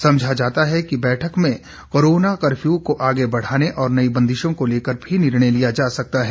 समझा जाता है कि बैठक में कोरोना कफर्यू को आगे बढ़ाने और नई बंदिशों को लेकर भी निर्णय लिया जा सकता है